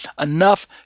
enough